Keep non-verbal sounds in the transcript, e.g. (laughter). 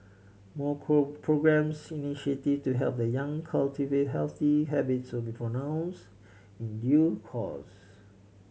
more (unintelligible) programmes initiative to help the young cultivate healthy habits will be for announce in due course